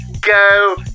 go